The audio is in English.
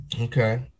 Okay